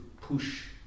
push